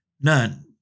none